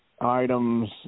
items